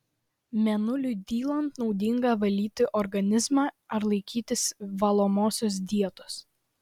mėnuliui dylant naudinga valyti organizmą ar laikytis valomosios dietos